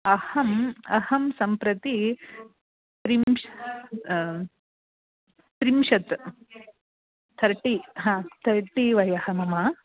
अहम् अहं सम्प्रति त्रिंश त्रिंशत् थर्टि हा त थर्टि वयः मम